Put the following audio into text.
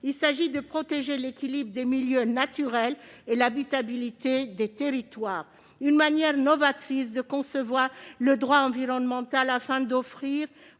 vise à protéger l'équilibre des milieux naturels et l'habitabilité des territoires, une manière novatrice de concevoir le droit environnemental afin d'offrir